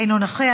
אינו נוכח,